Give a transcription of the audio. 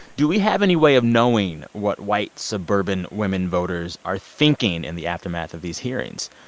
do we have any way of knowing what white, suburban women voters are thinking in the aftermath of these hearings?